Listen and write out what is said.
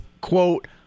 quote